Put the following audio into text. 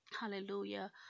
Hallelujah